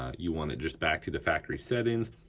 you want it just back to the factory settings.